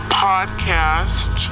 podcast